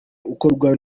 ukorwa